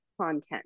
content